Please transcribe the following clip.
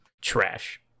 trash